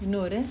இன்னொரு:innoru